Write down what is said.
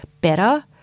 better